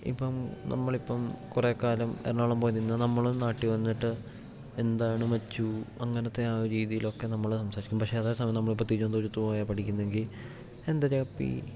ഇപ്പം നമ്മളിപ്പം കുറെ കാലം എറണാകുളം പോയി നിന്ന് നമ്മള് നാട്ടിൽ വന്നിട്ട് എന്താണ് മച്ചു അങ്ങനത്തെ ആ രീതിയിലൊക്കെ നമ്മള് സംസാരിക്കും പക്ഷെ അതേ സമയം നമ്മളിപ്പം തിരുവനന്തപുരത്ത് പോയാണ് പഠിക്കുന്നതെങ്കിൽ എന്തരപ്പി